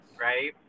Right